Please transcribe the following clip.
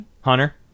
Hunter